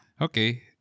Okay